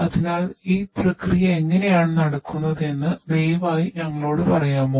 അതിനാൽ ഈ പ്രക്രിയ എങ്ങനെയാണ് നടക്കുന്നത് എന്ന് ദയവായി ഞങ്ങളോട് പറയാമോ